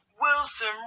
Wilson